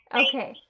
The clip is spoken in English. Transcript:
okay